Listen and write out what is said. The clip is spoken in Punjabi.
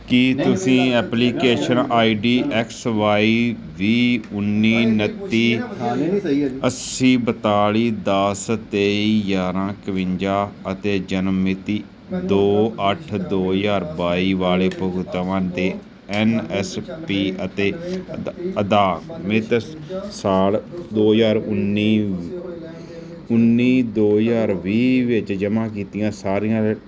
ਕੀ ਤੁਸੀਂ ਐਪਲੀਕੇਸ਼ਨ ਆਈ ਡੀ ਐਕਸ ਬਾਈ ਵੀਹ ਉੱਨੀ ਉਨੱਤੀ ਅੱਸੀ ਬਤਾਲੀ ਦਸ ਤੇਈ ਗਿਆਰਾਂ ਇਕਵੰਜਾ ਅਤੇ ਜਨਮ ਮਿਤੀ ਦੋ ਅੱਠ ਦੋ ਹਜ਼ਾਰ ਬਾਈ ਵਾਲੇ ਉਪਭੋਗਤਾ ਦੇ ਐਨ ਐਸ ਪੀ ਅਤੇ ਅਦਾਤਮਿਤ ਸਾਲ ਦੋ ਹਜ਼ਾਰ ਉੱਨੀ ਉੱਨੀ ਦੋ ਹਜ਼ਾਰ ਵੀਹ ਵਿੱਚ ਜਮ੍ਹਾਂ ਕੀਤੀਆਂ ਸਾਰੀਆਂ ਰਿ